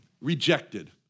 rejected